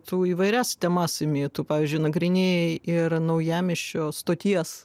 tu įvairias temas imi tu pavyzdžiui nagrinėjai ir naujamiesčio stoties